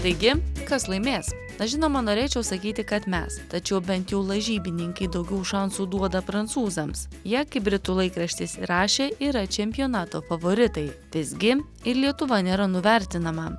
taigi kas laimės na žinoma norėčiau sakyti kad mes tačiau bent jau lažybininkai daugiau šansų duoda prancūzams jie kaip britų laikraštis rašė yra čempionato favoritai visgi ir lietuva nėra nuvertinama